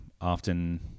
often